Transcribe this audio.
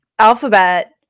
Alphabet